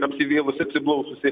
apsivėlusį apsiblaususį